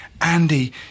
Andy